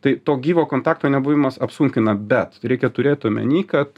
tai to gyvo kontakto nebuvimas apsunkina bet reikia turėt omeny kad